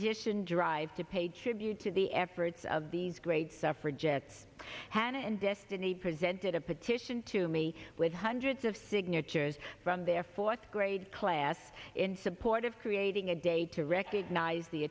position drive to pay tribute to the efforts of these great suffragettes hannah and destiny presented a petition to me with hundreds of signatures from their fourth grade class in support of creating a day to recognize the